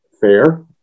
fair